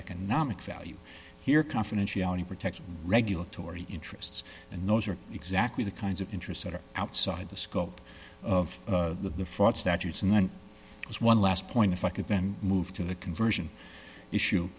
economic value here confidentiality protection regulatory interests and those are exactly the kinds of interests that are outside the scope of the fraud statutes and as one last point if i could then move to the conversion issue